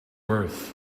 birth